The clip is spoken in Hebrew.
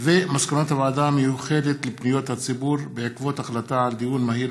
ומסקנות הוועדה המיוחדת לפניות הציבור בעקבות דיון מהיר